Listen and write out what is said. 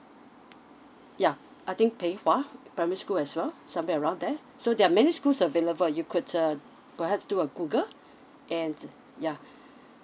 yeah I think pei hwa primary school as well somewhere around there so there are many schools available you could uh perhaps do a google and yeah